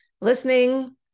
listening